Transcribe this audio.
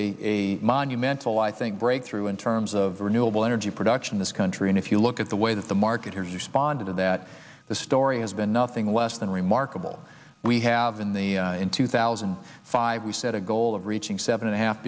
was a monumental i think breakthrough in terms of renewable energy production this country and if you look at the way that the market has responded to that the story has been nothing less than remarkable we have in the in two thousand and five we set a goal of reaching seven and a half